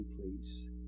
please